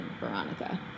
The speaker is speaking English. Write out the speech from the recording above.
Veronica